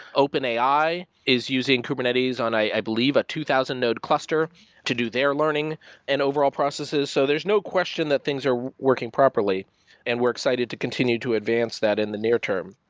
open ai is using kubernetes on, i believe, a two thousand node cluster to do their learning and overall processes. so there's no question that things are working properly and we're excited to continue to advance that in the near term.